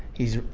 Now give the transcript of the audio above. he's